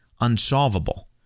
unsolvable